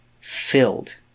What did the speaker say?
filled